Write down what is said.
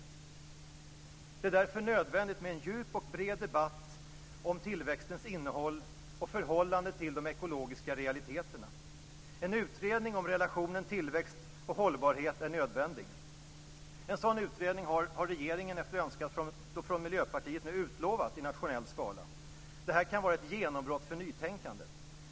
Det är därför nödvändigt med en djup och bred debatt om tillväxtens innehåll och förhållande till de ekologiska realiteterna. En utredning om relationen tillväxt-hållbarhet är nödvändig. En sådan utredning har regeringen, efter önskemål från Miljöpartiet, nu utlovat i nationell skala. Detta kan vara ett genombrott för nytänkande.